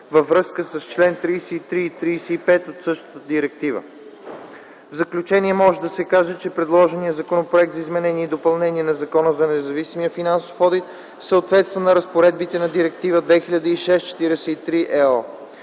във връзка с чл. 33 и 35 от същата директива. В заключение може да се каже, че предложеният Законопроект за изменение и допълнение на Закона за независимия финансов одит съответства на разпоредбите на Директива 2006/43/ЕО.